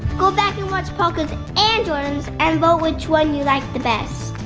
go back and watch parker's and jordyn's and vote which one you like the best.